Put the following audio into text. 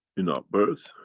in our birth